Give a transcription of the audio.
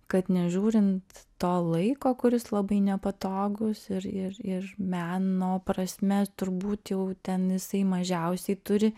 kad nežiūrint to laiko kuris labai nepatogus ir ir ir meno prasme turbūt jau ten jisai mažiausiai turi